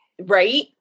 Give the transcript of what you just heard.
Right